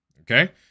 Okay